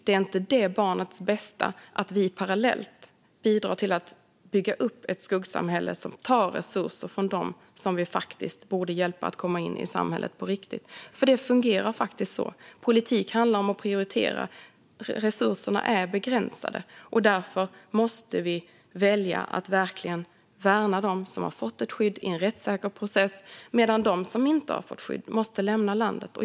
Det är inte heller det barnets bästa att vi parallellt bidrar till att bygga upp ett skuggsamhälle som tar resurser från dem som vi faktiskt borde hjälpa att komma in i samhället på riktigt. För det fungerar faktiskt så; politik handlar om att prioritera. Resurserna är begränsade, och därför måste vi välja att verkligen värna dem som har fått ett skydd i en rättssäker process medan de som inte har fått skydd måste lämna landet.